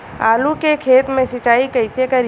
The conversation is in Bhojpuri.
आलू के खेत मे सिचाई कइसे करीं?